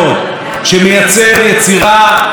שגם ישראלים נהנים ממנה,